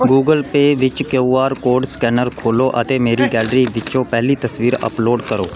Google Pay ਵਿੱਚ Q R code scanner ਖੋਲ੍ਹੋ ਅਤੇ ਮੇਰੀ ਗੈਲਰੀ ਵਿੱਚੋਂ ਪਹਿਲੀ ਤਸਵੀਰ ਅੱਪਲੋਡ ਕਰੋ